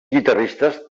guitarristes